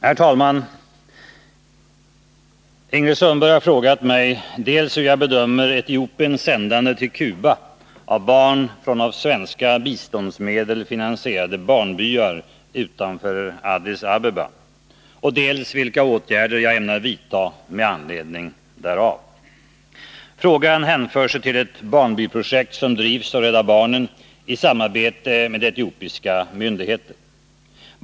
Herr talman! Ingrid Sundberg har frågat mig dels hur jag bedömer Etiopiens sändande till Kuba av barn från av svenska biståndsmedel finansierade barnbyar utanför Addis Abeba, dels vilka åtgärder jag ämnar vidta med anledning därav. Frågan hänför sig till ett barnby-projekt som drivs av Rädda barnen i samarbete med etiopiska myndigheter.